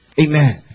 Amen